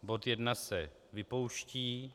Bod 1 se vypouští.